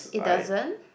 it doesn't